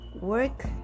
work